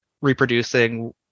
reproducing